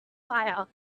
fire